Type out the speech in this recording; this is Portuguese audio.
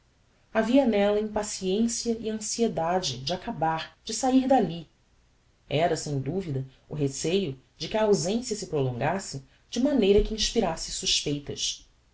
havia nella impaciencia e anciedade de acabar de sair dalli era sem duvida o receio de que a ausência se prolongasse de maneira que inspirasse suspeitas